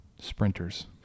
sprinters